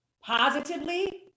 positively